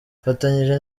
mfatanyije